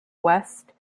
west